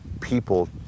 people